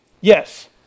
Yes